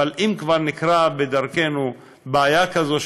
אבל אם כבר נקרתה בדרכנו בעיה כזאת,